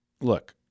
Look